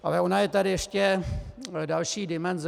Ale ona je tady ještě další dimenze.